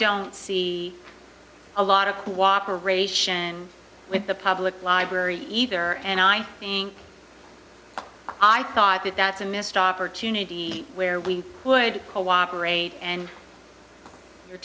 don't see a lot of cooperation with the public library either and i being i thought that that's a missed opportunity where we could cooperate and we